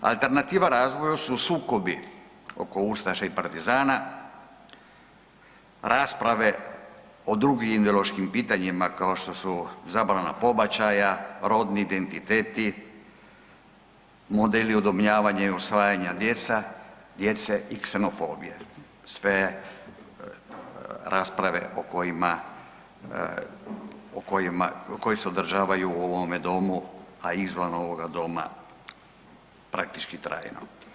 Alternativa razvoja su sukobi oko ustaša i partizana, rasprava o drugim ideološkim pitanjima kao što su zbrana pobačaja, rodni identiteti, modeli udomljavanja i usvajanja djece i ksenofobija sve rasprave koje se održavaju u ovome domu, a izvan ovoga doma praktički trajno.